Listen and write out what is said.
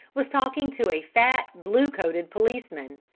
was talking to a fat blue-coated policeman.